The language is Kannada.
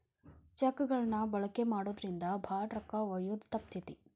ಚೆಕ್ ಗಳನ್ನ ಬಳಕೆ ಮಾಡೋದ್ರಿಂದ ಭಾಳ ರೊಕ್ಕ ಒಯ್ಯೋದ ತಪ್ತತಿ